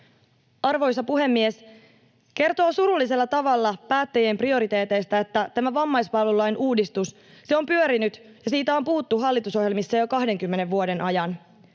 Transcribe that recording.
Arvoisa puhemies! Kertoo surullisella tavalla päättäjien prioriteeteista, että tämä vammaispalvelulain uudistus on pyörinyt ja siitä on puhuttu hallitusohjelmissa jo kahdenkymmenen